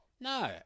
No